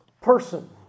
person